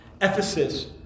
Ephesus